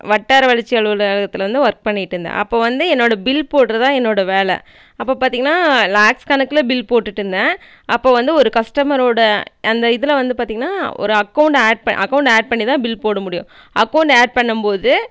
வட்டார வளர்ச்சி அலுவலகத்தில் வந்து ஒர்க் பண்ணிக்கிட்டு இருந்தேன் அப்போ வந்து என்னோட பில் போடுறது தான் என்னோட வேலை அப்போ பார்த்திங்கன்னா லேக்ஸ் கணக்கில் பில் போட்டுவிட்டு இருந்தேன் அப்போ வந்து ஒரு கஸ்டமரோட அந்த இதில் வந்து பார்த்திங்கன்னா ஒரு அக்கௌண்ட்டை ஆட் ப அக்கௌண்ட்டை ஆட் பண்ணி தான் பில் போட முடியும் அக்கௌண்ட்டை ஆட் பண்ணும் போது